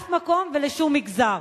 בשום מקום ולשום מגזר,